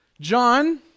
John